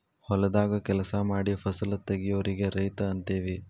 ಹೊಲದಾಗ ಕೆಲಸಾ ಮಾಡಿ ಫಸಲ ತಗಿಯೋರಿಗೆ ರೈತ ಅಂತೆವಿ